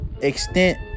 extent